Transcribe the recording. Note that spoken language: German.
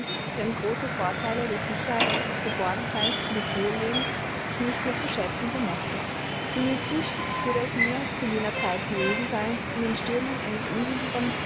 deren große vorteile der sicherheit des geborgenseins und des wohllebens ich nicht mehr zu schätzen vermochte wie nützlich würde es mir zu jener zeit gewesen sein in den stürmen eines unsicheren